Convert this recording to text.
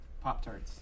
Pop-tarts